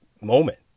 moment